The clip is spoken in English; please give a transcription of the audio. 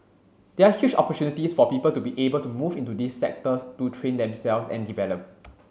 there are huge for people to be able to move into these sectors to train themselves and develop